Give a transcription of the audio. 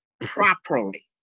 properly